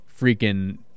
freaking